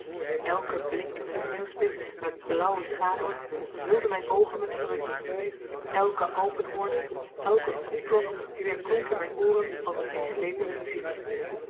elke blinkende sneeuwspits met blauwe schaduwen vulde mijn oogen met verrukking elke alpenhoorn elke koeklok weerklonk in mijn ooren als een meesleepende muziek